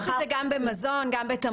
יש את זה גם במזון, גם בתמרוקים.